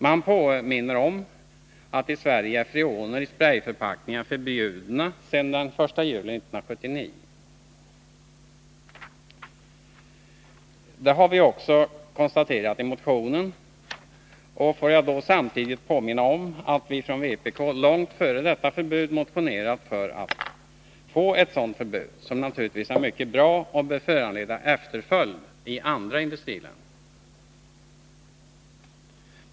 Man påminner om att i Sverige är freoner i sprayförpackningar förbjudna sedan den 1 juli 1979. Det har vi också konstaterat i motionen. Får jag då samtidigt påminna om att vi från vpk långt innan detta förbud infördes motionerat om att få ett sådant förbud, som naturligtvis är mycket bra och bör föranleda efterföljd i andra industriländer.